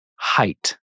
Height